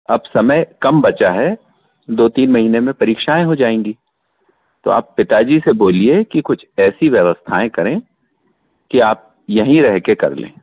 अब समय कम बचा है दो तीन महीने में परीक्षाएँ हो जायेंगी तो आप पिताजी से बोलिए की कुछ ऐसी व्यवस्थाएँ करें की आप यही रह के कर लें